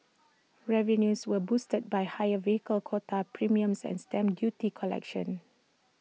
revenues were boosted by higher vehicle quota premiums and stamp duty collections